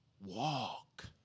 walk